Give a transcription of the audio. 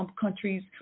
countries